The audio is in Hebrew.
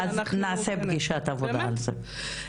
אבל אנחנו --- אז נעשה פגישת עבודה על זה.